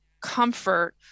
comfort